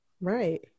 Right